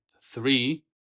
three